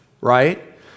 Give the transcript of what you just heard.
right